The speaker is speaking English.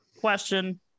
question